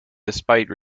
despite